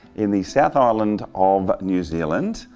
in the south island of new zealand,